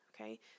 okay